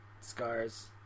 scars